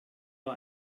war